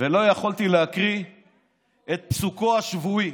ולא יכולתי להקריא את פסוקו השבועי